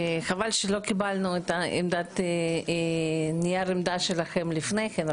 חבל שלא קיבלנו את נייר העמדה שלכם לפני כן,